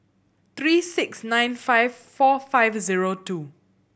three six nine five four five zero two